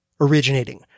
originating